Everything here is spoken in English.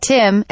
Tim